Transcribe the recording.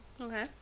Okay